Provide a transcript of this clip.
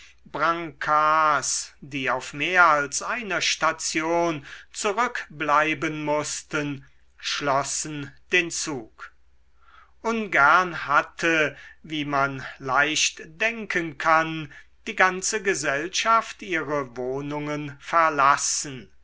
brancards die auf mehr als einer station zurück bleiben mußten schlossen den zug ungern hatte wie man leicht denken kann die ganze gesellschaft ihre wohnungen verlassen